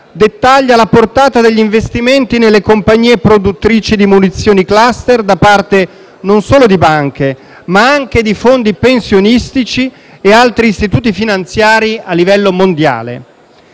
dettaglia la portata degli investimenti nelle compagnie produttrici di munizioni *cluster* da parte non solo di banche, ma anche di fondi pensionistici e altri istituti finanziari a livello mondiale.